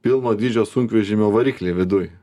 pilno dydžio sunkvežimio varikliai viduj